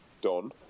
Don